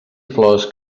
flors